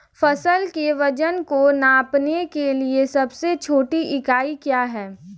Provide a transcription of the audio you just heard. फसल के वजन को नापने के लिए सबसे छोटी इकाई क्या है?